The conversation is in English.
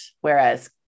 Whereas